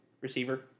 receiver